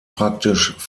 praktisch